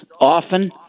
often